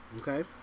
okay